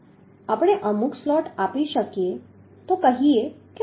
આપણે અમુક સ્લોટ આપી શકીએ તો કહીએ બે સ્લોટ